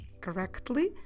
correctly